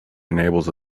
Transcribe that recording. enables